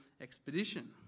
expedition